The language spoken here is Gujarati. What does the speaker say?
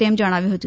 તેમ જણાવ્યું હતુ